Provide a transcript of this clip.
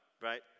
right